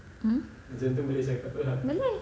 mm mm